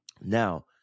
Now